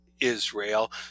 Israel